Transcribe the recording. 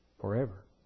forever